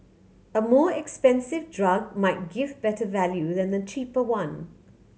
a more expensive drug might give better value than a cheaper one